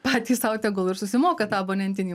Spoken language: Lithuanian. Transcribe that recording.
patys sau tegul ir susimoka tą abonentinį